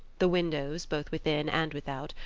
the windows, both within and without,